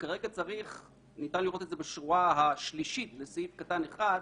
כרגע ניתן לראות את זה בשורה השלישית לסעיף קטן 1,